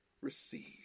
receive